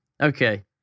Okay